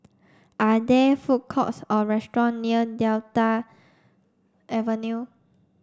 are there food courts or restaurant near Delta Avenue